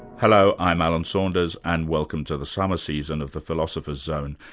hello, i'm alan saunders and welcome to the summer season of the philosopher's zone,